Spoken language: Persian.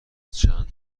چند